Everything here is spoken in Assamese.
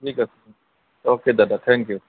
ঠিক আছে অ'কে দাদা থেংক ইউ